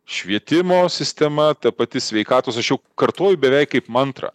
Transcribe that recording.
švietimo sistema ta pati sveikatos aš jau kartoju beveik kaip mantrą